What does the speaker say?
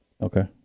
Okay